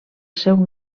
seu